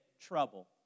trouble